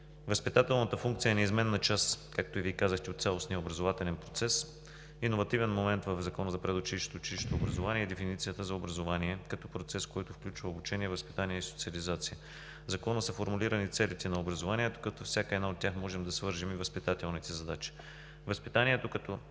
Възпитателната функция е неизменна част, както и Вие казахте, от цялостния образователен процес. Иновативен момент в Закона за предучилищното и училищното образование е дефиницията за образование като процес, който включва обучение, възпитание и социализация. В Закона са формулирани целите на образованието, като всяка една тях можем да свържем и с възпитателните задачи.